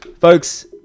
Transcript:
folks